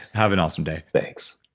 have an awesome day thanks